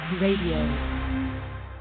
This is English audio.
Radio